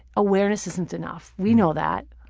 awareness isn't enough. we know that.